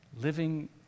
living